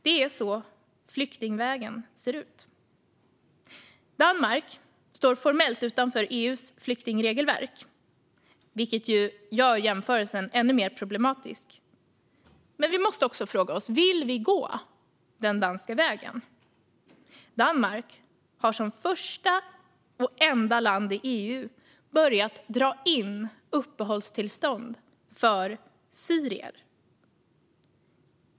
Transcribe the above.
Det är så flyktingvägen ser ut. Danmark står formellt utanför EU:s flyktingregelverk, vilket gör jämförelsen ännu mer problematisk. Men vi måste också fråga oss: Vill vi gå den danska vägen? Danmark har som första och enda land i EU börjat dra in uppehållstillstånd för syrier.